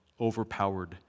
overpowered